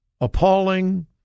appalling